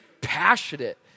passionate